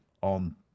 on